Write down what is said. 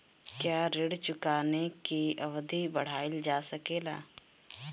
क्या ऋण चुकाने की अवधि बढ़ाईल जा सकेला?